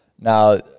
Now